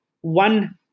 one